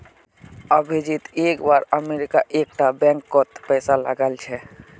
अभिजीत एक बार अमरीका एक टा बैंक कोत पैसा लगाइल छे